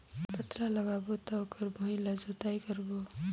पातल लगाबो त ओकर भुईं ला जोतई करबो?